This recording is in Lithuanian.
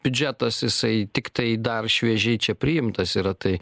biudžetas jisai tiktai dar šviežiai čia priimtas yra tai